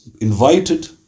invited